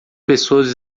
pessoas